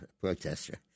protester